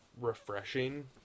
refreshing